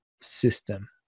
system